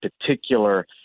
particular